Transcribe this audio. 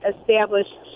established